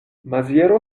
maziero